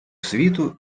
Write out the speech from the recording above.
світу